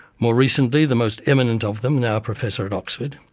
more recently, the most eminent of them, now a professor at oxford,